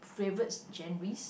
favourite genres